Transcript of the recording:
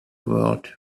world